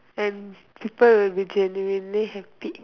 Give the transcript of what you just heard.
and people will be genuinely happy